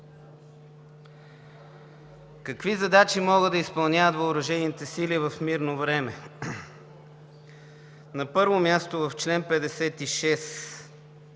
какви задачи могат да изпълняват въоръжените сили в мирно време. На първо място, в чл. 56,